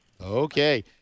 Okay